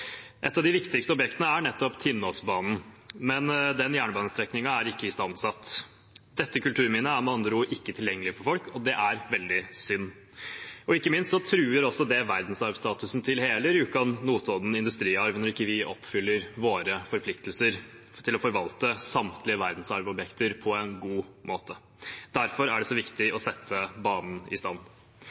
Et av de viktigste objektene er nettopp Tinnosbanen, men den jernbanestrekningen er ikke istandsatt. Dette kulturminnet er med andre ord ikke tilgjengelig for folk, og det er veldig synd. Og ikke minst truer det verdensarvstatusen til hele Rjukan–Notodden industriarv når vi ikke oppfyller våre forpliktelser til å forvalte samtlige verdensarvobjekter på en god måte. Derfor er det så viktig å sette banen i stand.